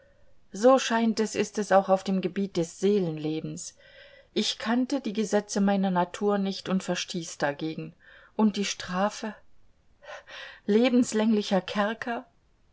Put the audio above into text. so scheint es ist es auch auf dem gebiet des seelenlebens ich kannte die gesetze meiner natur nicht und verstieß dagegen und die strafe lebenslänglicher kerker